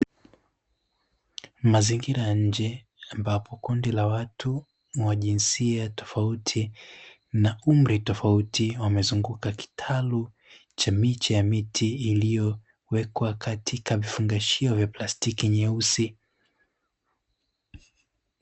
Mazingira ya nje, ambapo kundi la watu wa jinsi atofauti na umri tofauti, wamezunguka kitalu cha miche ya miti iliyowekwa katika vifungashio vya plastiki nyeusi.